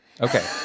okay